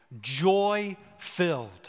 joy-filled